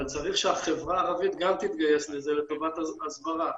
אבל צריך שהחברה הערבית גם תתגייס לזה לטובת הסברה.